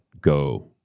go